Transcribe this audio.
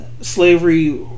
slavery